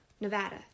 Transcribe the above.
Nevada